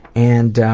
and